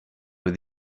with